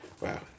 Wow